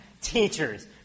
teachers